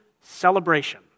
celebration